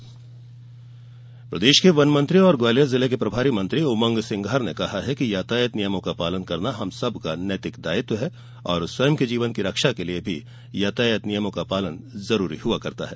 यातायात प्रदेश के वन मंत्री और ग्वालियर जिले के प्रभारी मंत्री उमंग सिंघार ने कहा है कि यातायात नियमों का पालन करना हम सबका नैतिक दायित्व है स्वयं के जीवन की रक्षा के लिये भी यातायात नियमों का पालन जरूरी है